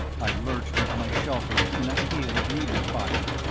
i lurched into my shelter in a hail of needler fire.